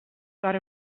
got